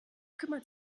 kümmert